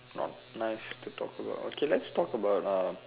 not nice to talk about okay let's talk about uh